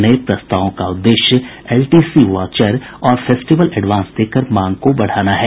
नये प्रस्तावों का उद्देश्य एलटीसी वाउचर और फेस्टिवल एडवांस देकर मांग को बढ़ाना है